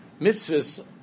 Mitzvahs